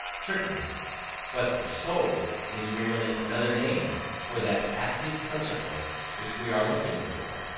certainly but the soul is merely another name for that active principle which we are looking for,